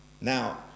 Now